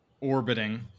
orbiting